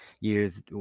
years